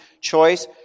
choice